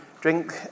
drink